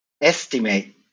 estimate